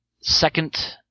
Second